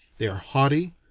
they are haughty,